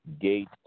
gate